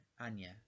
Anya